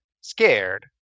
scared